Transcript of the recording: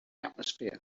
atmosphere